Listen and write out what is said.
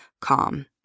calm